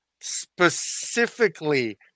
specifically